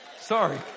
Sorry